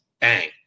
Bang